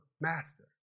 master